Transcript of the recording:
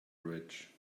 rich